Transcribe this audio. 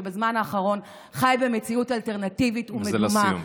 שבזמן האחרון חי במציאות אלטרנטיבית ומדומה,